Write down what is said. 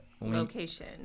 location